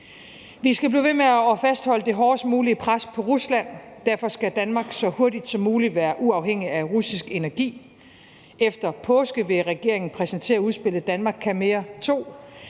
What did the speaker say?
Vi skal blive ved med at fastholde det hårdest mulige pres på Rusland. Derfor skal Danmark så hurtigt som muligt være uafhængig af russisk energi. Efter påske vil regeringen præsentere udspillet »Danmark kan mere